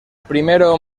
primero